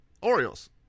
Orioles